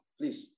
Please